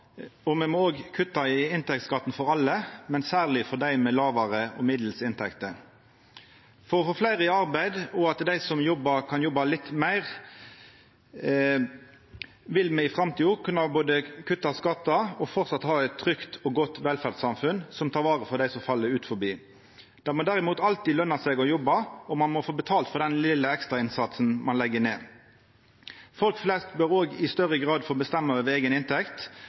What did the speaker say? og me må òg kutta i inntektsskatten for alle, men særleg for dei med lågare og middels inntekter. For at me skal få fleire i arbeid, og at dei som jobbar, kan jobba litt meir, vil me i framtida både kunna kutta skattar og framleis ha eit trygt og godt velferdssamfunn som tek vare på dei som fell utanfor. Det må derimot alltid løna seg å jobba, og ein må få betalt for den vesle ekstrainnsatsen ein legg ned. Folk flest bør òg i større grad få bestemma over eiga inntekt,